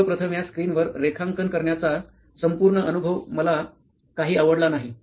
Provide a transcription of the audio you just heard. सर्वप्रथम या स्क्रीनवर रेखांकन करण्याचा संपूर्ण अनुभव मला काही आवडला नाही